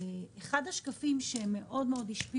בתור שרת